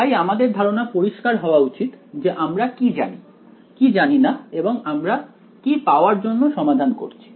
তাই আমাদের ধারণা পরিষ্কার হওয়া উচিত যে আমরা কি জানি কি জানি না এবং আমরা কি পাওয়ার জন্য সমাধান করছি